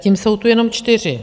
Zatím jsou tu jenom čtyři.